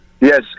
Yes